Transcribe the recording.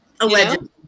Allegedly